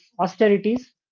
austerities